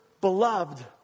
beloved